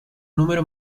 número